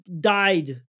died